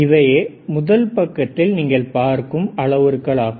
இவையே முதல் பக்கத்தில் நீங்கள் பார்க்கும் அளவுருக்கள் ஆகும்